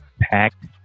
packed